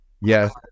Yes